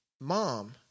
Mom